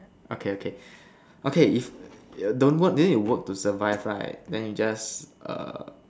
okay okay okay if don't work don't need work to survive right then you just err